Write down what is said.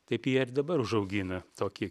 taip jie ir dabar užaugina tokį